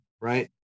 right